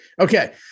Okay